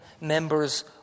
members